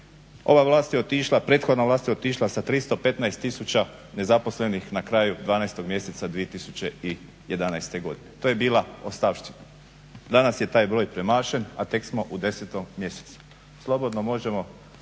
Ova vlast je otišla, prethodna vlast je otišla sa 315000 nezaposlenih na kraju 12 mjeseca 2011. godine. To je bila ostavština. Danas je taj broj premašen a tek smo u 10 mjesecu. Slobodno možemo